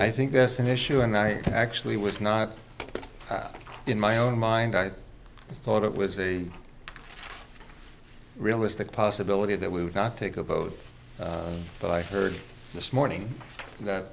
i think that's an issue and i actually was not in my own mind i thought it was a realistic possibility that we would not take a boat but i further this morning that